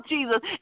Jesus